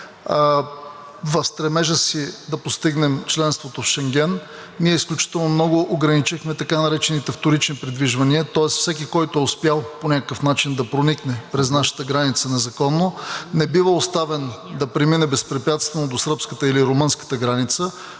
В стремежа си да постигнем членството в Шенген, ние изключително много ограничихме така наречените вторични придвижвания, тоест всеки, който е успял по някакъв начин да проникне през нашата граница незаконно, не бива оставен да премине безпрепятствено до сръбската или до румънската граница,